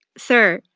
sir,